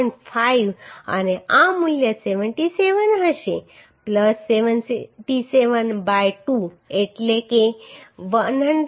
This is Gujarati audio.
5 અને આ મૂલ્ય 77 હશે 77 બાય 2 એટલે કે 115